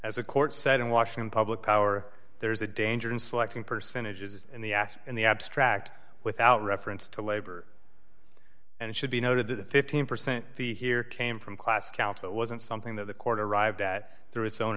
as a court said in washington public power there's a danger in selecting percentages in the ass in the abstract without reference to labor and it should be noted that the fifteen percent the here came from class counsel wasn't something that the court arrived at through its own